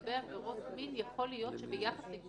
לגבי עבירות מין צריך לחשוב